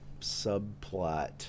subplot